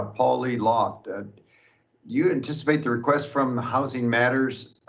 ah paulie loft, and you anticipate the request from housing matters,